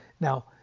Now